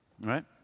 right